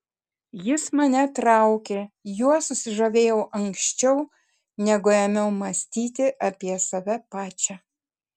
jis mane traukė juo susižavėjau anksčiau negu ėmiau mąstyti apie save pačią